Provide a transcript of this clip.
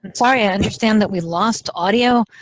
sorry, i understand that we lost audio.